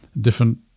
Different